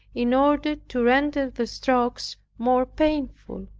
in order to render the strokes more painful.